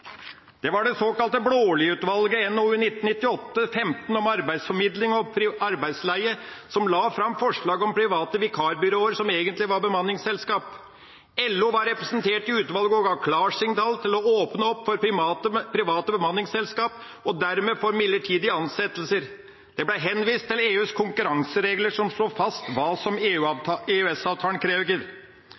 Det var det såkalte Blaalidutvalget som i NOU 1998:15 om arbeidsformidling og utleie-/innleie av arbeidskraft la fram forslag om private vikarbyråer, som egentlig var bemanningsselskaper. LO var representert i utvalget og ga klarsignal til å åpne opp for private bemanningsselskaper – og dermed for midlertidige ansettelser. Det ble henvist til EUs konkurranseregler, som slo fast hva